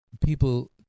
people